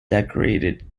decorated